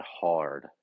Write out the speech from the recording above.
hard